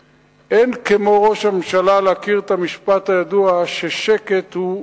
אין כמו ראש הממשלה להכיר את המשפט הידוע ששקט הוא רפש.